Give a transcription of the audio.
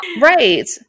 Right